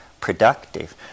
productive